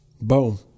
Boom